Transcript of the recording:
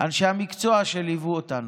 אנשי המקצוע שליוו אותנו,